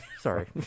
sorry